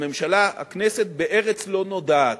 הממשלה, הכנסת, בארץ לא נודעת,